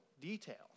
details